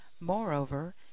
Moreover